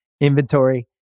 inventory